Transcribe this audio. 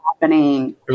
happening